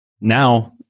Now